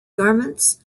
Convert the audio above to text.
garments